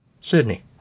Sydney